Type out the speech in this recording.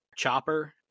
Chopper